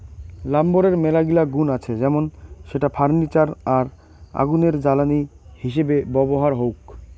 লাম্বরের মেলাগিলা গুন্ আছে যেমন সেটা ফার্নিচার আর আগুনের জ্বালানি হিসেবে ব্যবহার হউক